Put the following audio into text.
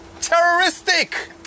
Terroristic